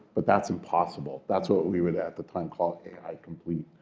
but that's impossible. that's what we would at the time call ai-complete.